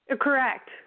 Correct